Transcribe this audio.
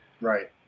Right